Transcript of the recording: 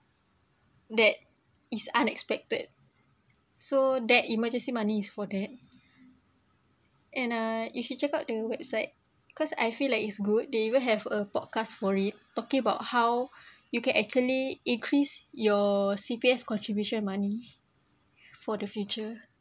that is unexpected so that emergency money is for that and uh you should check out the website cause I feel like it's good they even have a podcast for it talking about how you can actually increase your C_P_F contribution money for the future